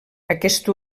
aquesta